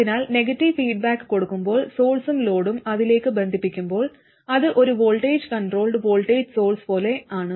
അതിനാൽ negative feedback കൊടുക്കുമ്പോൾ സോഴ്സും ലോഡും അതിലേക്ക് ബന്ധിപ്പിക്കുമ്പോൾ അത് ഒരു വോൾട്ടേജ് കണ്ട്രോൾഡ് വോൾട്ടേജ് സോഴ്സ് പോലെ ആണ്